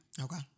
Okay